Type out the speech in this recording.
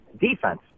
defense